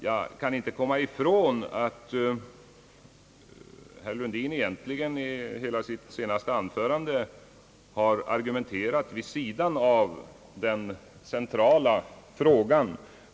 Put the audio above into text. Jag kan inte komma ifrån att herr Lundin egentligen i hela sitt senaste anförande argumenterade vid sidan av den centrala frågan.